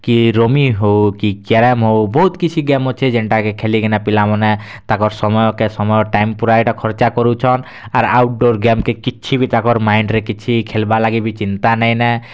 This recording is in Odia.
କି ରୁମି ହେଉ କି କ୍ୟାରମ୍ ହେଉ ବହୁତ୍ କିଛି ଗେମ୍ ଅଛେ ଯେନ୍ଟା କେ ଖେଲିକିନା ପିଲାମାନେ ତାଙ୍କର୍ ସମୟ କେ ସମୟ ଟାଇମ୍ ପୁରା ଇଟା ଖର୍ଚ୍ଚା କରୁଛନ୍ ହେରା ଆଉଟ୍ ଡ଼ୋର୍ ଗେମ୍ କେ କିଛି ବି ତାଙ୍କର୍ ମାଇଣ୍ଡ୍ ରେ କିଛି ଖେଲ୍ବାର୍ ଲାଗି ବି ଚିନ୍ତା ନାଇ ନା